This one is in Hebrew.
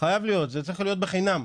חייב להיות, זה צריך להיות בחינם.